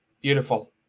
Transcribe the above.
beautiful